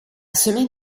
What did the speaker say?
semaine